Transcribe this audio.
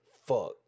Fuck